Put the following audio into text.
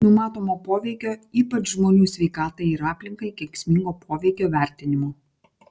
numatomo poveikio ypač žmonių sveikatai ir aplinkai kenksmingo poveikio vertinimo